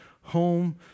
Home